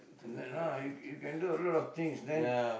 that ah you you can you can do a lot of things then